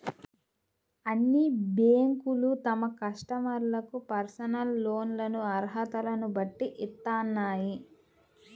అన్ని బ్యేంకులూ తమ కస్టమర్లకు పర్సనల్ లోన్లను అర్హతలను బట్టి ఇత్తన్నాయి